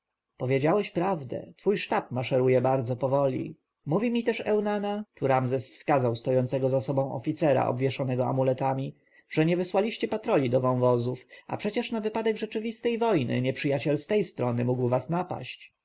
powiedziałeś prawdę twój sztab maszeruje bardzo powoli mówi mi też eunana tu ramzes wskazał na stojącego za sobą oficera obwieszonego amuletami że nie wysyłaliście patroli do wąwozów a przecież na wypadek rzeczywistej wojny nieprzyjaciel z tej strony mógł was napaść